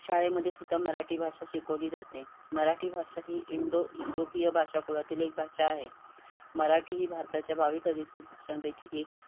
शाळेमध्येसुद्धा मराठी भाषा शिकवली जाते मराठी भाषा ही इंडो युरोपिय भाषा कुळातील एक भाषा आहे मराठी ही भारताच्या बावीस अधिकृत भाषांपैकी एक आहे